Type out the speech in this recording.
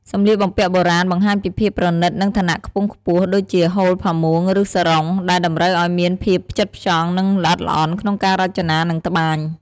សម្លៀកបំពាក់បុរាណ បង្ហាញពីភាពប្រណិត និងឋានៈខ្ពង់ខ្ពស់ ដូចជា ហូល ផាមួង ឬសារុង ដែលតម្រូវឲ្យមានភាពផ្ចិតផ្ចង់ និងល្អិតល្អន់ក្នុងការរចនា និងត្បាញ។